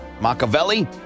Machiavelli